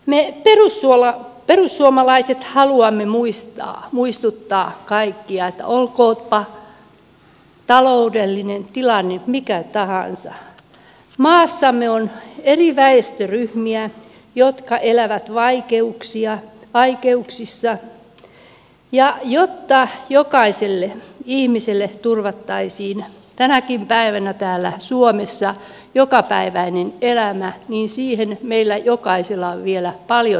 me perussuomalaiset haluamme muistuttaa kaikkia että olkoonpa taloudellinen tilanne mikä tahansa maassamme on eri väestöryhmiä jotka elävät vaikeuksissa ja jotta jokaiselle ihmiselle turvattaisiin tänäkin päivänä täällä suomessa jokapäiväinen elämä niin siinä meillä jokaisella on vielä paljon